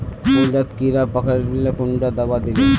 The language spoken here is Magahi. फुल डात कीड़ा पकरिले कुंडा दाबा दीले?